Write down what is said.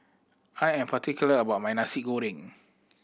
I am particular about my Nasi Goreng